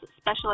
special